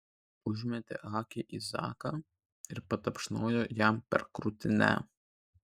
užmetė akį į zaką ir patapšnojo jam per krūtinę